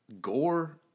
Gore